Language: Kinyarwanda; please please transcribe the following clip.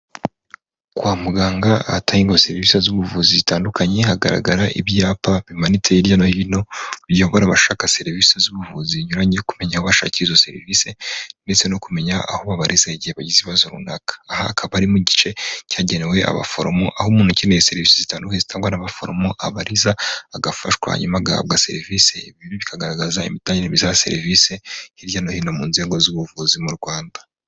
Kwa muganga hatangagwa serivisi z'ubuvuzi zitandukanye, hagaragara ibyapa bimanitse hirya no hino biyobora abashaka serivisi z'ubuvuzi zinyuranye, kumenya aho bashakira izo serivisi ndetse no kumenya aho babaze igihe bagize ikibazo runaka. Aha hakaba arimo igice cyagenewe abaforomo, aho umuntu ukeneye serivisi zitandukanye zitangwa n'abaforomo, abariza agafashwa hanyuma agahabwa serivisi. Ibibi bikagaragaza imitangire ya serivisi hirya no hino mu nzego z'ubuvuzi mu Rwanda.